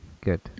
good